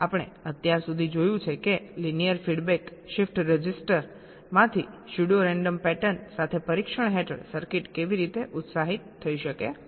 આપણે અત્યાર સુધી જોયું છે કે લિનિયર ફીડબેક શિફ્ટ રજિસ્ટર માંથી સ્યુડો રેન્ડમ પેટર્ન સાથે પરીક્ષણ હેઠળ સર્કિટ કેવી રીતે ઉત્સાહિત થઈ શકે છે